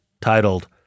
titled